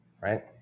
right